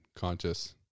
conscious